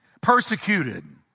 persecuted